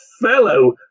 fellow